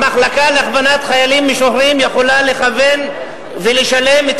המחלקה להכוונת חיילים משוחררים יכולה לכוון ולשלם את